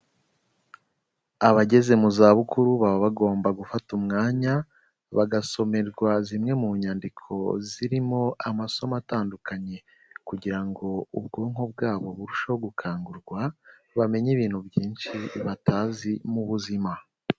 Abageze mu zabukuru baba bagomba gufata umwanya, bagasomerwa zimwe mu nyandiko zirimo amasomo atandukanye kugira ngo ubwonko bwabo burusheho gukangurwa, bamenye ibintu byinshi batazi mu buzima.